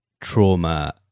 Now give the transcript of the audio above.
trauma